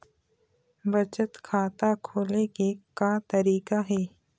बचत खाता खोले के का तरीका हे?